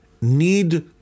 need